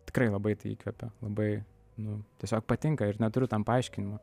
tikrai labai tai įkvepia labai nu tiesiog patinka ir neturiu tam paaiškinimo